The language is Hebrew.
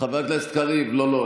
חבר הכנסת קריב, לא, לא.